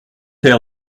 air